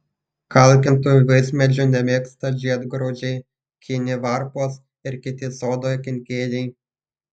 kalkintų vaismedžių nemėgsta žiedgraužiai kinivarpos ir kiti sodo kenkėjai